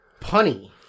punny